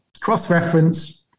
cross-reference